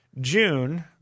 June